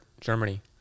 Germany